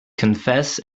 confess